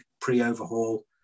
pre-overhaul